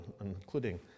including